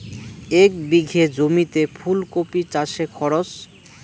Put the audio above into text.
এক বিঘে জমিতে ফুলকপি চাষে খরচ?